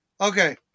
Okay